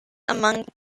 among